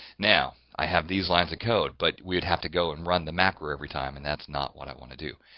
now, i have these lines of code but we would have to go and run the macro every time and that's not what i want to do.